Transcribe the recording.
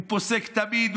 הוא פוסק תמיד,